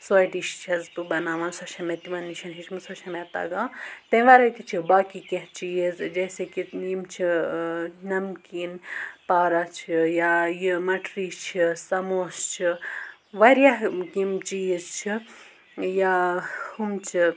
سوے ڈِش چھیٚس بہٕ بَناوان سۄ چھِ مےٚ تِمَن نِش ہیٚچھمٕژ سۄ چھِ مےٚ تَگان تَمہِ وَرٲے تہِ چھِ باقٕے کیٚنٛہہ چیٖز جیسے کہِ یِم چھِ ٲں نَمکیٖن پارا چھِ یا یہِ مَٹری چھِ سَموس چھِ واریاہ ٲں یِم چیٖز چھِ یا ہُم چھِ